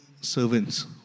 servants